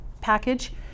package